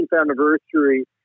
anniversary